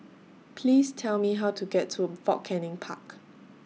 Please Tell Me How to get to Fort Canning Park